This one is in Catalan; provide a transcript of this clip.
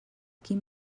quin